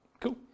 Cool